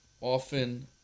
often